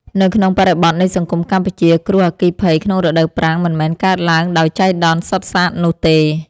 នៅក្នុងបរិបទនៃសង្គមកម្ពុជា គ្រោះអគ្គីភ័យក្នុងរដូវប្រាំងមិនមែនកើតឡើងដោយចៃដន្យសុទ្ធសាធនោះទេ។